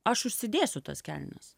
aš užsidėsiu tas kelnes